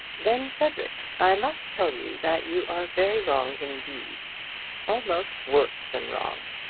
then, frederic, i must tell you that you are very wrong indeed almost worse than wrong.